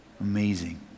Amazing